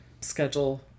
schedule